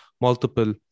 multiple